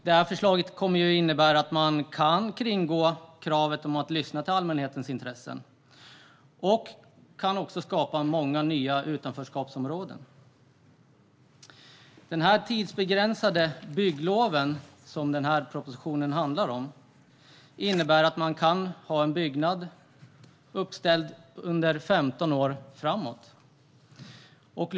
Detta förslag kommer att innebära att man kan kringgå kravet på att lyssna till allmänhetens intressen. Det kan också skapa många nya utanförskapsområden. De tidsbegränsade bygglov som denna proposition handlar om innebär att man kan ha en byggnad uppställd under 15 års tid.